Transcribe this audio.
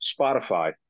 Spotify